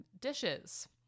Dishes